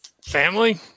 family